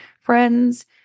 friends